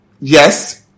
Yes